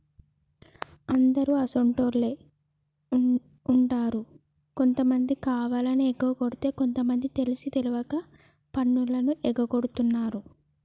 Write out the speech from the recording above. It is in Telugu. అందరు అసోంటోళ్ళు ఉండరు కొంతమంది కావాలని ఎగకొడితే కొంత మంది తెలిసి తెలవక పన్నులు ఎగగొడుతున్నారు